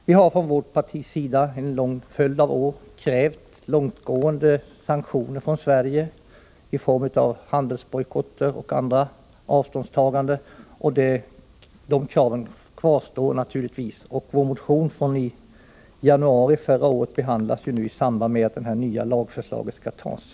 Vi har från vårt parti under en lång följd av år krävt långtgående sanktioner från Sverige i form av handelsbojkott och andra avståndstaganden. Detta krav kvarstår naturligtvis. Vår motion från januari förra året behandlas nu i samband med att detta nya lagförslag skall antas.